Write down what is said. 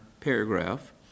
paragraph